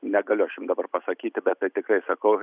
negaliu aš jum dabar pasakyti bet tai tikrai sakau